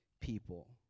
people